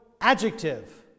adjective